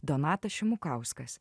donatas šimukauskas